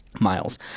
Miles